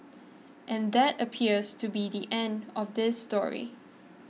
and that appears to be the end of this story